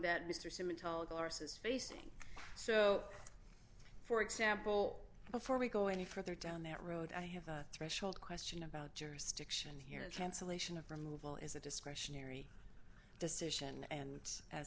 facing so for example before we go any further down that road i have a threshold question about jurisdiction here cancellation of removal is a discretionary decision and as